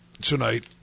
tonight